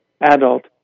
adult